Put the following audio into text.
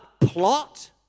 plot